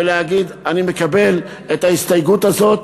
ולהגיד: אני מקבל את ההסתייגות הזאת,